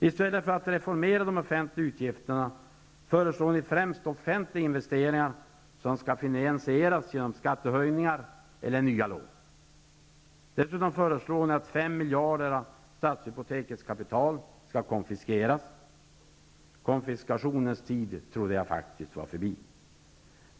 I stället för att reformera de offentliga utgifterna föreslår ni främst offentliga investeringar, som skall finansieras genom skattehöjningar eller nya lån. Dessutom föreslås att 5 miljarder av Stadshypoteks kapital skall konfiskeras. Jag trodde faktiskt att konfiskationens tid var förbi.